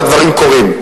והדברים קורים.